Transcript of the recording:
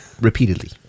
repeatedly